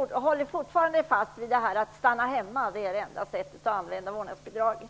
Herr talman! Martin Nilsson håller fortfarande fast vid att det enda sättet att använda vårdnadsbidraget